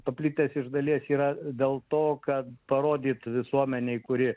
paplitęs iš dalies yra dėl to kad parodyt visuomenei kuri